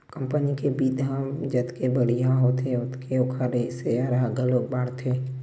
company के बित्त ह जतके बड़िहा होथे ओतके ओखर सेयर ह घलोक बाड़थे